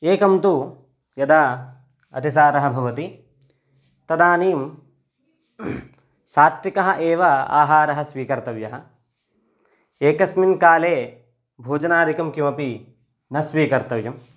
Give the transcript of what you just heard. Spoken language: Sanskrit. एकं तु यदा अतिसारः भवति तदानीं सात्विकः एव आहारः स्वीकर्तव्यः एकस्मिन् काले भोजनादिकं किमपि न स्वीकर्तव्यम्